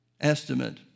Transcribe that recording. estimate